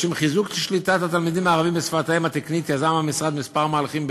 לשם חיזוק שליטת התלמידים הערבים בשפת האם התקנית יזם המשרד כמה מהלכים,